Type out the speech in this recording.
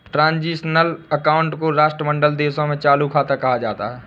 transitional account को राष्ट्रमंडल देशों में चालू खाता कहा जाता है